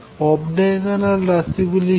of diagonal রাশি গুলি কি